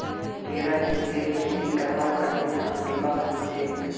घेरा झिंगलीर खेती करवार तने झांग दिबा हछेक